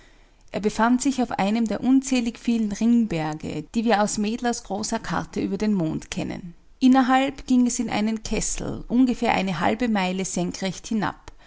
er befand sich auf einem der unzählig vielen ringberge die wir aus mädler's großer karte über den mond kennen innerhalb ging es in einen kessel ungefähr eine halbe meile senkrecht hinab